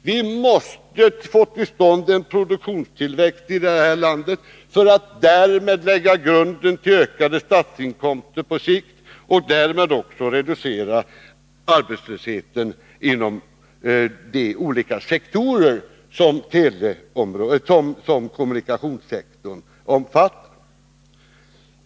Vi måste få till stånd en produktionstillväxt i det här landet för att därmed lägga grunden till ökade statsinkomster på sikt och därmed också reducera arbetslösheten inom de olika sektorer som kommunikationssektorn omfattar.